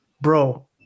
Bro